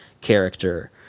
character